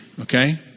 okay